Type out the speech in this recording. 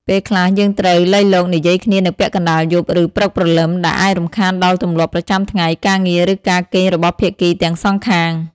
មួយទៀត ភាពខុសគ្នានៃពេលវេលា ព្រោះការរស់នៅប្រទេសផ្សេងគ្នា នាំឱ្យមានភាពខុសគ្នាខ្លាំងនៃពេលវេលា ដែលធ្វើឱ្យការកំណត់ពេលនិយាយគ្នាជាបញ្ហាប្រឈមមួយ។